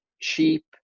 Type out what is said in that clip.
Cheap